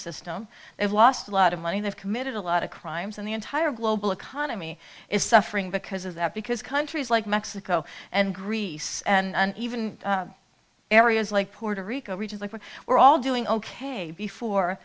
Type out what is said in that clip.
system they've lost a lot of money they've committed a lot of crimes and the entire global economy is suffering because of that because countries like mexico and greece and even areas like puerto rico regions like we were all doing ok before